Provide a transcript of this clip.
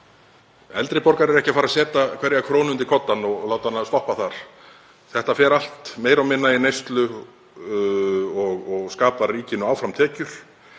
Eldri borgarar eru ekki að fara að setja hverja krónu undir koddann og láta hana stoppa þar. Þetta fer allt meira og minna í neyslu og skapar ríkinu áfram tekjur.